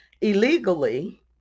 illegally